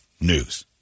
news